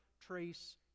trace